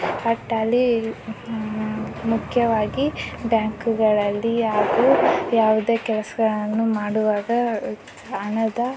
Tally ಮುಖ್ಯವಾಗಿ ಬ್ಯಾಂಕ್ಗಳಲ್ಲಿ ಹಾಗೂ ಯಾವುದೇ ಕೆಲಸಗಳನ್ನು ಮಾಡುವಾಗ ಹಣದ